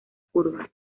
curva